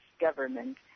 government